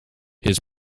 his